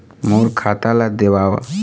मोर खाता ला देवाव?